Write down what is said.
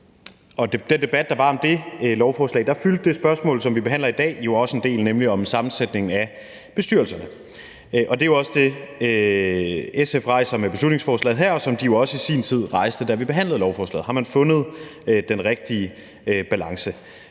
og den debat, der var om det lovforslag, fyldte det spørgsmål, som vi behandler i dag, også en del, nemlig om sammensætningen af bestyrelserne. Det er jo også det, SF rejser med beslutningsforslaget her, og som de også i sin tid rejste, da vi behandlede lovforslaget, altså om man har fundet den rigtige balance.